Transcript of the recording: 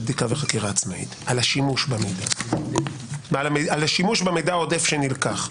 בדיקה וחקירה עצמאית על השימוש במידע העודף שנלקח,